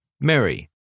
Mary